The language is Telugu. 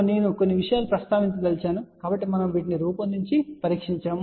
నేను కొన్ని విషయాలు ప్రస్తావించదలిచాను కాబట్టి మనము వీటిని రూపొందించి పరీక్షించాము